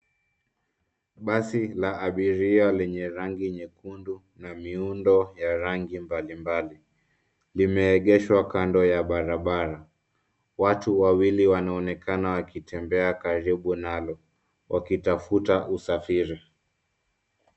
Basi la abiria lenye rangi nyekundu na miundo ya rangi mbali mbali limeegeshwa kando ya barabara. Watu Wawili wanaonekana wakitembea karibu nalo wakitafuta usafiri.